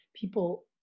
people